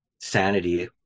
sanity